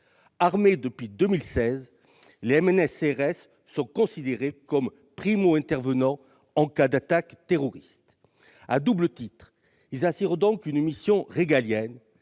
Armés depuis 2016, les MNS-CRS sont considérés comme primo intervenant en cas d'attaque terroriste. À double titre, ils exercent donc une mission régalienne,